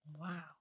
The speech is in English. Wow